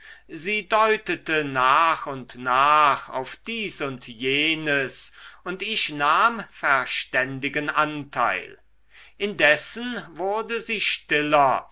sie deutete nach und nach auf dies und jenes und ich nahm verständigen anteil indessen wurde sie stiller